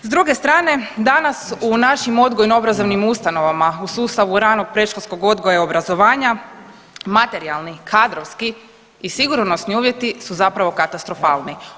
S druge strane danas u našim odgojno obrazovnim ustanovama u sustavu ranog predškolskog odgoja i obrazovanja materijalni, kadrovski i sigurnosni uvjeti su zapravo katastrofalni.